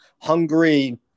Hungary